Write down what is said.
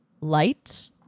light